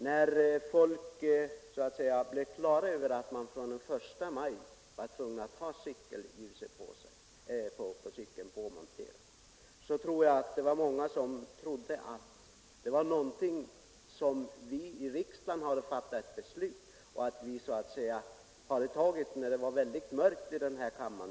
När folk fick klart för sig att man fr.o.m. den 1 maj var tvungen att ha cykelljus påmonterat var det nog många, speciellt uppe hos oss, som trodde att det var någonting som vi i riksdagen hade fattat beslut om när det var väldigt mörkt här i kammaren.